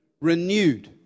renewed